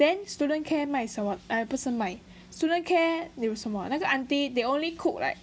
then student care 卖什么 !hais! 不是卖 student care 有什么那个 auntie they only cook like